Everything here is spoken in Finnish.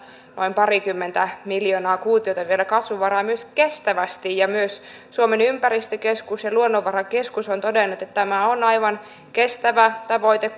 noin parikymmentä miljoonaa kuutiota vielä kasvunvaraa myös kestävästi myös suomen ympäristökeskus ja luonnonvarakeskus ovat todenneet että tämä on aivan kestävä tavoite